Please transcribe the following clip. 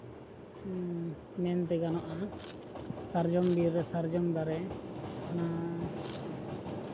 ᱢᱮᱱᱛᱮ ᱜᱟᱱᱚᱜᱼᱟ ᱥᱟᱨᱡᱚᱢᱵᱤᱨ ᱨᱮ ᱥᱟᱨᱡᱚᱢ ᱫᱟᱨᱮ ᱚᱱᱟ